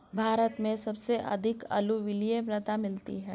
भारत में सबसे अधिक अलूवियल मृदा मिलती है